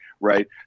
right